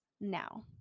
now